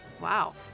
wow